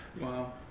Wow